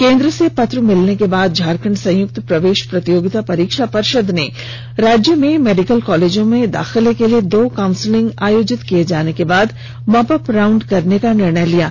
केंद्र से पत्र मिलने के बाद झारखंड संयुक्त प्रवेश प्रतियोगिता परीक्षा पर्षद ने राज्य के मेडिकल कॉलेजों में दाखिले के लिए दो काउंसिलिंग आयोजित किए जाने के बाद मॉपअप राउंड करने का निर्णय लिया है